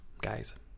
Guys